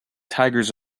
tigers